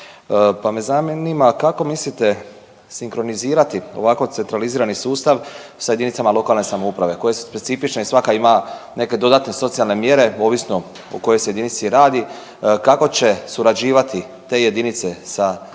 pa me zanima kako mislite sinkronizirati ovako centralizirani sustav sa jedinicama lokalne samouprave koje su specifične i svaka ima neke dodatne socijalne mjere ovisno o kojoj se jedinici radi? Kako će surađivati te jedinice sa samim